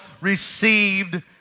received